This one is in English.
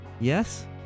Yes